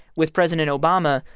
with president obama,